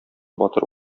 батыр